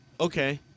okay